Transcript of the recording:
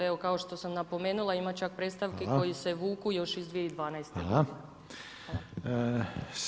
Evo, kao što sam napomenula, ima čak predstavke, koje se vuku još iz 2012. g.